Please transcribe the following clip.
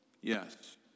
Yes